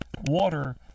water